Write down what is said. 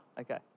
Okay